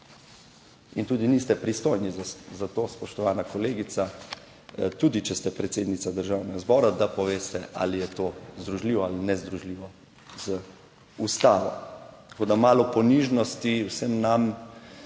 in tudi niste pristojni za to, spoštovana kolegica, tudi če ste predsednica Državnega zbora, da poveste ali je to združljivo ali nezdružljivo z Ustavo. Tako da malo ponižnosti vsem nam